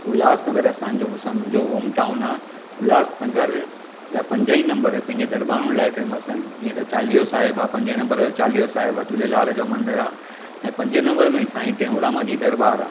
उल्सहानगर असांजो सम मुंहिंजो होम टाऊन आहे उल्सहानगर जा पंजई नंबर पंहिंजे दरॿारुनि लाइ फेमस आहिनि जींअ त चालीहो साहिब आहे पंजें नंबर जो चालीहो साहिब आहे झूलेलाल जो मंदरु आहे ऐं पंजें नंबर में साईं टेऊंराम जी दरॿार आहे